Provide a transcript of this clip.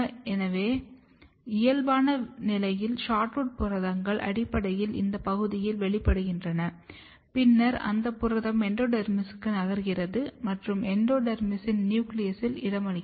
எனவே இயல்பான நிலையில் SHORTROOT புரதங்கள் அடிப்படையில் இந்த பகுதியில் வெளிப்படுத்தப்படுகின்றன பின்னர் அந்த புரதம் எண்டோடெர்மிஸுக்கு நகர்கிறது மற்றும் எண்டோடெர்மிஸின் நியூக்ளியஸில் இடமளிக்கப்படுகிறது